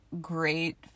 great